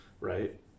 right